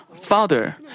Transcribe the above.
Father